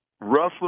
Russell